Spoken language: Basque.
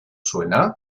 zuena